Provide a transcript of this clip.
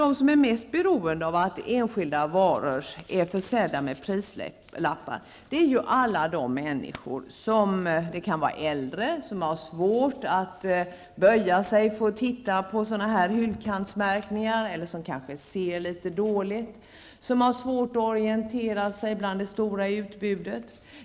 De som är mest beroende av att enskilda varor är försedda med prislappar är ju alla de människor, de kan vara äldre, som har svårt att böja sig för att titta på sådana här hyllkantsmärkningar eller som kanske ser litet dåligt och har svårt att orientera sig bland det stora utbudet.